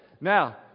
Now